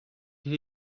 did